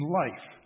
life